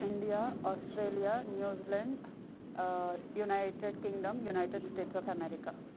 India Australia New Zealand United Kingdom United States of America